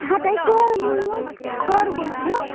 ہَتَے کَر موٗد تۄہہِ موٗد کَر گُزریو